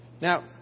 Now